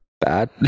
Bad